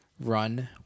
run